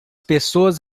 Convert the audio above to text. pessoas